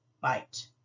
bite